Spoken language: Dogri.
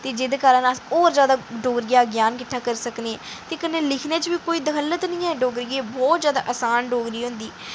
ते जेह्दे कारण अस होर जैदा डोगरी दा ज्ञान किट्ठा करी सकने ते कन्नै लिखने च बी कोई दखल्ली नेईं ऐ डोगरी बहुत जैदा असान डोगरी होंदी